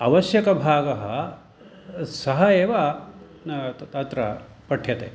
आवश्यकभागः सः एव अत्र पठ्यते